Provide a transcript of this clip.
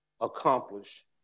accomplish